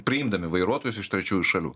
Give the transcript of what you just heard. priimdami vairuotojus iš trečiųjų šalių